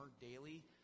daily